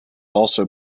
also